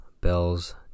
bells